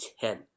Ten